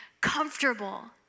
comfortable